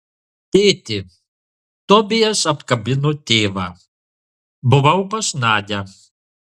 tėti tobijas apkabino tėvą buvau pas nadią